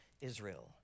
Israel